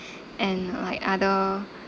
and like other